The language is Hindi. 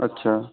अच्छा